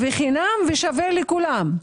חינם ושווה לכולם.